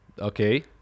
Okay